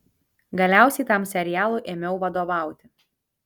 galiausiai tam serialui ėmiau vadovauti